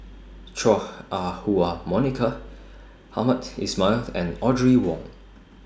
Chua Ah Huwa Monica Hamed Ismail and Audrey Wong